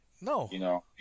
No